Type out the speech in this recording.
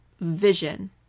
vision